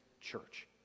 church